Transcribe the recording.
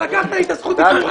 לקחת לי את זכות הדיבור.